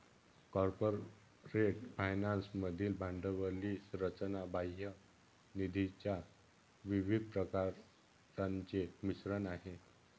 corporate finance मधील भांडवली रचना बाह्य निधीच्या विविध प्रकारांचे मिश्रण आहे